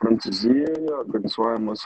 prancūzijoje organizuojamos